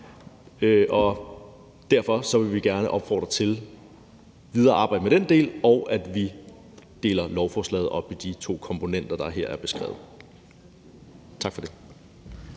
Derfor vil vi gerne opfordre til at arbejde videre med den del og til, at vi deler lovforslaget op i de to komponenter, der her er beskrevet. Tak for det.